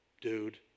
dude